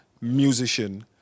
musician